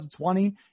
2020